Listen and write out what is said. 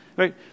Right